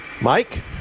Mike